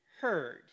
heard